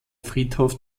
friedhof